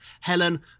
helen